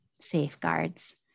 safeguards